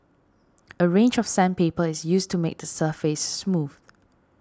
a range of sandpaper is used to make the surface smooth